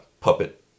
puppet